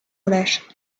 relâche